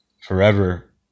forever